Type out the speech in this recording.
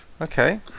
Okay